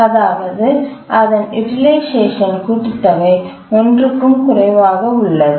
அதாவது அதன் யூடில்ஐஸ்சேஷன் கூட்டுதொகை 1 க்கும் குறைவாக உள்ளது